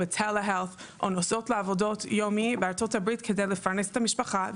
או נוסעות לעבודות יומיות בארה"ב כדי לפרנס את המשפחה,